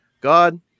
God